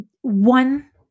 one